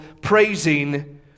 praising